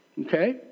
Okay